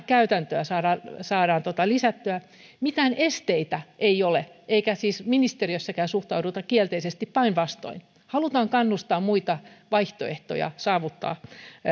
käytäntöä saadaan saadaan lisättyä mitään esteitä ei ole eikä siis ministeriössäkään suhtauduta kielteisesti päinvastoin halutaan kannustaa muita vaihtoehtoja saavuttaa